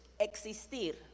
Existir